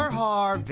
har,